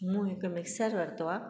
मूं हिकु मिक्सर वरितो आहे